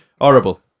horrible